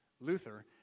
Luther